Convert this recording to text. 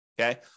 Okay